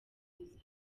nziza